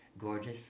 gorgeous